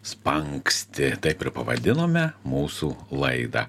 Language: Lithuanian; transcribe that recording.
spangsti taip ir pavadinome mūsų laidą